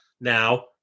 now